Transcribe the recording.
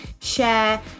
share